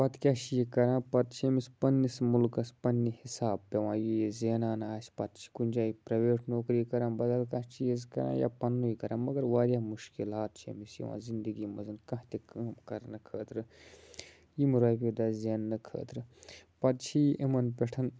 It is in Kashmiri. پَتہٕ کیٛاہ چھِ یہِ کَران پَتہٕ چھِ أمِس پنٛنِس مُلکَس پنٛنہِ حِساب پٮ۪وان یہِ یہِ زینان آسہِ پَتہٕ چھِ کُنہِ جایہِ پرٛایویٹ نوکری کَران بدل کانٛہہ چیٖز کَران یا پنٛنُے کَران مگر واریاہ مُشکلات چھِ أمِس یِوان زندگی منٛز کانٛہہ تہِ کٲم کَرنہٕ خٲطرٕ یِم رۄپیہِ دَہ زیننہٕ خٲطرٕ پَتہٕ چھِ یہِ یِمَن پٮ۪ٹھ